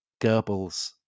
Goebbels